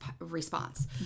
response